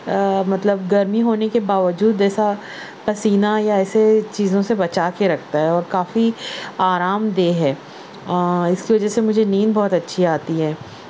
مطلب گرمی ہونے کے باوجود جیسا پسینہ یا ایسے چیزوں سے بچا کے رکھتا ہے اور کافی آرام دہ ہے اس کی وجہ سے مجھے نیند بہت اچھی آتی ہے